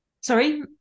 sorry